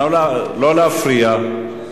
לא להפריע.